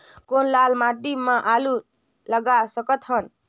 कौन लाल माटी म आलू लगा सकत हन?